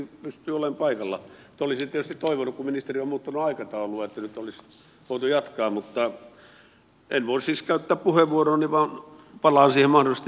olisin tietysti toivonut kun ministeri on muuttanut aikatauluaan että nyt olisi voitu jatkaa mutta en voi siis käyttää puheenvuoroani vaan palaan siihen mahdollisesti myöhemmin